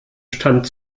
stand